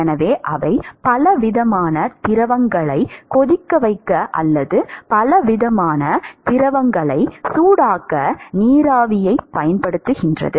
எனவே அவை பலவிதமான திரவங்களை கொதிக்கவைக்க அல்லது பலவிதமான திரவங்களை சூடாக்க நீராவியைப் பயன்படுத்துகின்றன